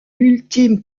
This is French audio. ultime